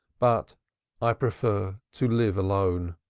but i prefer to live alone.